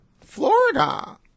Florida